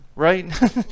Right